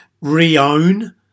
re-own